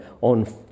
on